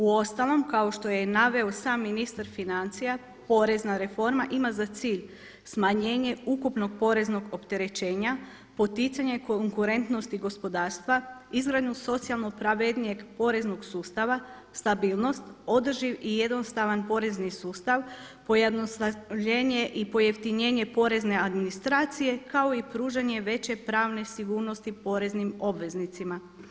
Uostalom kao što je i naveo sam ministar financija porezna reforma ima za cilj smanjenje ukupnog poreznog opterećenja, poticanje konkurentnosti gospodarstva, izgradnju socijalno pravednijeg poreznog sustava, stabilnost, održiv i jednostavan porezni sustav, pojednostavljenje i pojeftinjenje porezne administracije kao i pružanje veće pravne sigurnosti poreznim obveznicima.